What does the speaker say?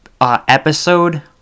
episode